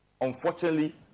unfortunately